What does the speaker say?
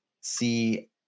see